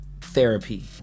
therapy